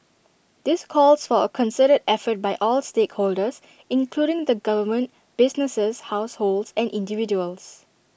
this calls for A concerted effort by all stakeholders including the government businesses households and individuals